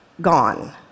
Gone